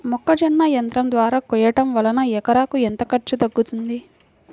మొక్కజొన్న యంత్రం ద్వారా కోయటం వలన ఎకరాకు ఎంత ఖర్చు తగ్గుతుంది?